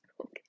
Okay